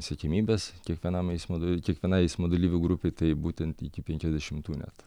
svetimybės kiekvienam eismo da kiekvienai eismo dalyvių grupei taip būtent iki penkiasdešimtųjų metų